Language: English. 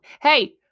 Hey